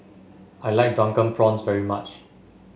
I like Drunken Prawns very much